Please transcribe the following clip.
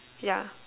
yeah